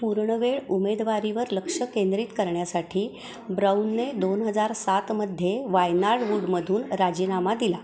पूर्णवेळ उमेदवारीवर लक्ष केंद्रित करण्यासाठी ब्राउनने दोन हजार सातमध्ये वायनाड रोडमधून राजीनामा दिला